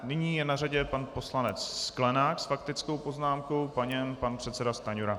Nyní je na řadě pan poslanec Sklenák s faktickou poznámkou, po něm pan předseda Stanjura.